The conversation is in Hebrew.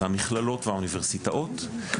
זה המכללות והאוניברסיטאות.